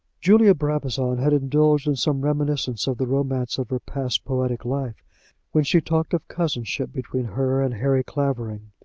julia brabazon had indulged in some reminiscence of the romance of her past poetic life when she talked of cousinship between her and harry clavering.